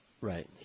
Right